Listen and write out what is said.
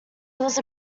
was